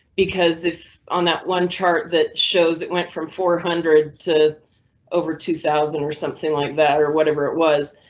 because if on that one chart that shows it went from four hundred to over two thousand or something like that or whatever it was,